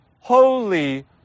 Holy